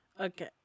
Okay